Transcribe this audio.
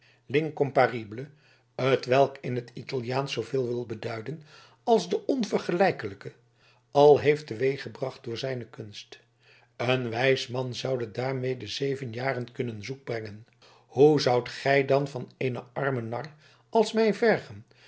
bijgenaamd l'incomparabile t welk in t italiaansch zooveel wil beduiden als de onvergelijkelijke al heeft teweeggebracht door zijne kunst een wijs man zoude daarmede zeven jaren kunnen zoek brengen hoe zoudt gij dan van eenen armen nar als mij vergen